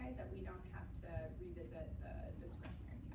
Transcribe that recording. that we don't have to revisit the discretionary